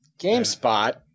GameSpot